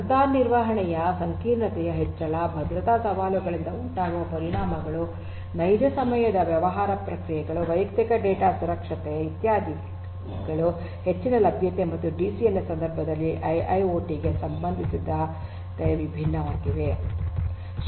ಭದ್ರತಾ ನಿರ್ವಹಣೆಯ ಸಂಕೀರ್ಣತೆಯ ಹೆಚ್ಚಳ ಭದ್ರತಾ ಸವಾಲುಗಳಿಂದ ಉಂಟಾಗುವ ಪರಿಣಾಮಗಳು ನೈಜ ಸಮಯದ ವ್ಯವಹಾರ ಪ್ರಕ್ರಿಯೆಗಳು ವೈಯಕ್ತಿಕ ಡೇಟಾ ಸುರಕ್ಷತೆ ಇತ್ಯಾದಿಗಳು ಹೆಚ್ಚಿನ ಲಭ್ಯತೆ ಮತ್ತು ಡಿಸಿಎನ್ ನ ಸಂದರ್ಭದಲ್ಲಿ ಐಐಓಟಿ ಗೆ ಸಂಬಂಧಿಸಿದಂತೆ ವಿಭಿನ್ನ ಸವಾಲುಗಳಾಗಿವೆ